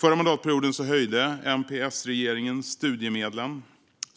Förra mandatperioden höjde MP-S-regeringen studiemedlen.